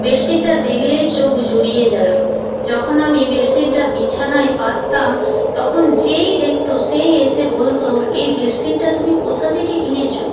বেডশিটটা দেখলেই চোখ জুড়িয়ে যাবে যখন আমি বেডশিটটা বিছানায় পাততাম তখন যেই দেখতো সেই এসে বলতো এই বেডশিটটা তুমি কোথা থেকে কিনেছ